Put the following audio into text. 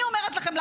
אני אומרת לכם,